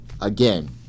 again